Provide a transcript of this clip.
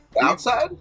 Outside